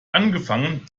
angefangen